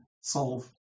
solve